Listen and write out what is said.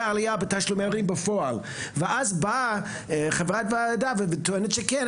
עלייה בתשלומי הורים ואז חברת ועדה טוענת שכן,